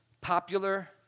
popular